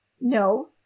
no